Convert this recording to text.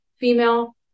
female